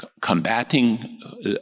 combating